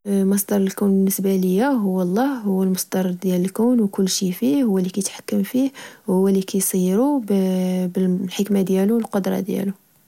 مصدر الكون بالنسبة ليا هو الله، هو مصدر ديال الكون وكل شيء فيه.هو اللي كتحكم فيه، هو اللي كسيرو بالحكمة ديالو و القدرة ديالو